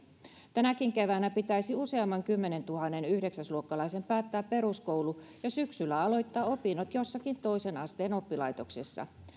tänäkin keväänä pitäisi useamman kymmenentuhannen yhdeksäsluokkalaisen päättää peruskoulu ja syksyllä aloittaa opinnot jossakin toisen asteen oppilaitoksessa